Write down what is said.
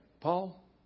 Paul